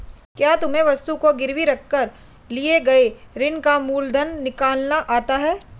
क्या तुम्हें वस्तु को गिरवी रख कर लिए गए ऋण का मूलधन निकालना आता है?